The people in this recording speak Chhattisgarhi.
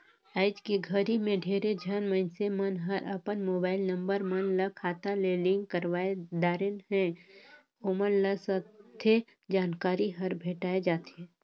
आइज के घरी मे ढेरे झन मइनसे मन हर अपन मुबाईल नंबर मन ल खाता ले लिंक करवाये दारेन है, ओमन ल सथे जानकारी हर भेंटाये जाथें